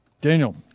Daniel